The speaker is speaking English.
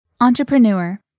entrepreneur